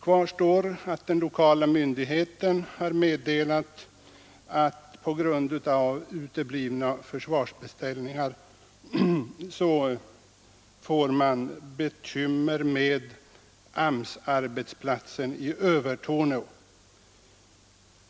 Kvar står att den lokala myndigheten har meddelat att på grund av uteblivna försvarsbeställningar får man bekymmer med AMS-arbetsplatsen i Övertorneå.